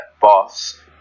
boss